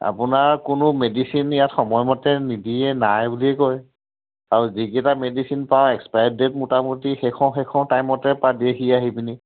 আপোনাৰ কোনো মেডিচিন ইয়াত সময়মতে নিদিয়ে নাই বুলিয়ে কয় আৰু যিকেইটা মেডিচিন পাওঁ এক্সপায়াৰ ডেট মোটামুটি শেষ হওঁ শেষ হওঁ টাইমতে প্ৰায় দিয়েহি আহি পিনি